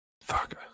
Fuck